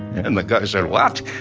and the guy said what?